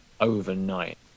overnight